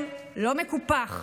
לי זה מפריע.